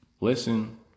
Listen